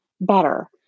better